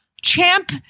Champ